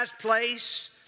place